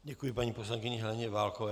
Děkuji paní poslankyni Heleně Válkové.